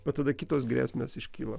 bet tada kitos grėsmės iškyla